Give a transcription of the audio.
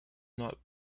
not